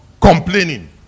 complaining